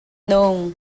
nung